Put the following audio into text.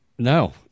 No